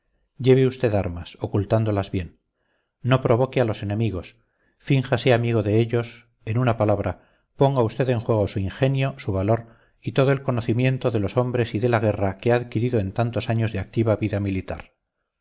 lleve usted armas ocultándolas bien no provoque a los enemigos fínjase amigo de ellos en una palabra ponga usted en juego su ingenio su valor y todo el conocimiento de los hombres y de la guerra que ha adquirido en tantos años de activa vida militar